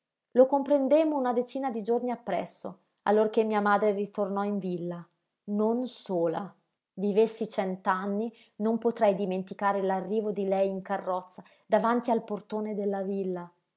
lo comprendemmo una decina di giorni appresso allorché mia madre ritornò in villa non sola vivessi cent'anni non potrei dimenticare l'arrivo di lei in carrozza davanti al portone della villa